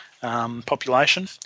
population